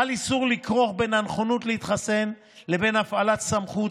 חל איסור לכרוך בין הנכונות להתחסן לבין הפעלת סמכות